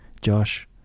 josh